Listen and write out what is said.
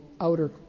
outer